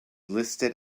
listed